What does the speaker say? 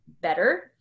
better